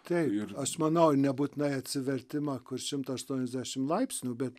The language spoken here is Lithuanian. tai ir aš manau nebūtinai atsivertimą kur šimtą aštuoniasdešim laipsnių bet